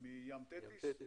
מים תטיס